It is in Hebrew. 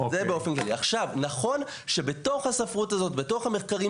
עכשיו נכון שבתוך הספרות הזאת בתוך המחקרים